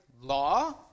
law